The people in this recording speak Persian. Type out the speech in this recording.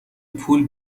پول